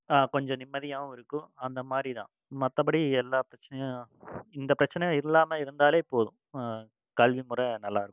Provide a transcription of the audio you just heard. கொஞ்சம் நிம்மதியாகவும் இருக்கும் அந்தமாதிரிதான் மற்றபடி எல்லா பிரச்சினையும் இந்த பிரச்சனை இல்லாமல் இருந்தாலே போதும் கல்வி முறை நல்லா இருக்கும்